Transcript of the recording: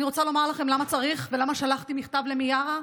אני רוצה לומר לכם מה צריך ולמה שלחתי מכתב למיארה,